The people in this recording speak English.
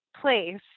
place